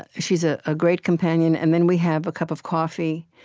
but she's ah a great companion. and then we have a cup of coffee.